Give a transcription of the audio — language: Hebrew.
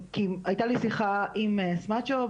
כי הייתה לי שיחה עם סמצ'או,